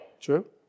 True